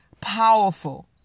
powerful